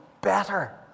better